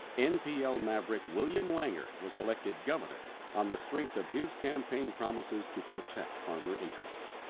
npl maverick william langer was elected governor on the strength of his campaign promises to protect farmer interests.